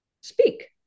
speak